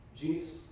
Jesus